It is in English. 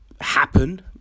happen